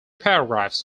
paragraphs